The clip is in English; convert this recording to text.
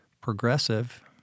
progressive